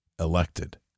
elected